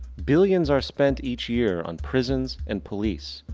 billions are spend each year on prisons and police,